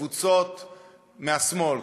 קבוצות מהשמאל,